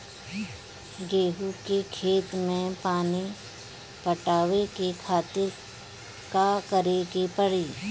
गेहूँ के खेत मे पानी पटावे के खातीर का करे के परी?